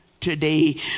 today